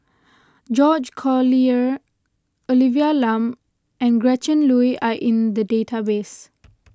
George Collyer Olivia Lum and Gretchen Liu are in the database